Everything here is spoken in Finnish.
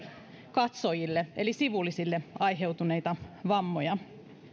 katsojille eli sivullisille aiheutuneita vammoja